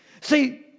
See